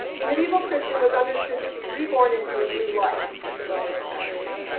the medieval christian was understood to be reborn into a new life at the moment of baptism.